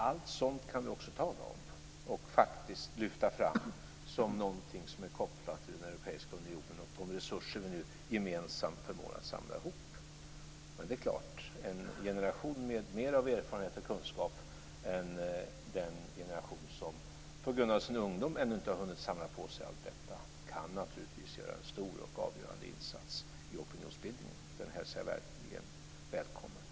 Allt sådant kan vi också tala om, och lyfta fram som någonting som är kopplat till den europeiska unionen och de resurser vi nu gemensamt förmår samla ihop. Men en generation med mer av erfarenhet och kunskap än den generation som på grund av sin ungdom ännu inte hunnit samla på sig allt detta, kan naturligtvis göra en stor och avgörande insats i opinionsbildningen. Den hälsar jag verkligen välkommen.